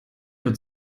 wird